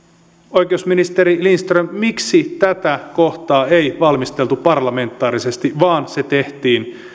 oikeusministeri lindström miksi tätä kohtaa ei valmisteltu parlamentaarisesti vaan se tehtiin